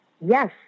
Yes